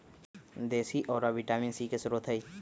देशी औरा vitamin C के स्रोत हई